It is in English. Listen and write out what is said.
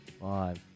Five